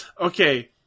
Okay